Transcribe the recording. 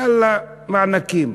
יאללה, מענקים.